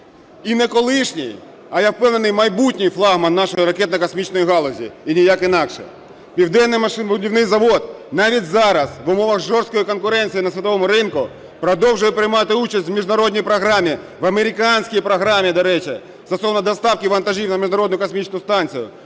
І не колишній, а я впевнений, майбутній флагман нашої ракетно-космічної галузі і ніяк інакше. Південний машинобудівний завод навіть зараз в умовах жорсткої конкуренції на світовому ринку продовжує приймати участь у міжнародній програмі, в американській програмі, до речі, стосовно доставки вантажів на